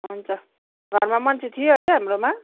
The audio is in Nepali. हुन्छ घरमा मान्छे थियो है हाम्रोमा